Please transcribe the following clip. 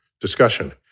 discussion